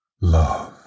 love